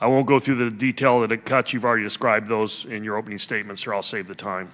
i will go through the detail that a cut you've already described those in your opening statements or i'll save the time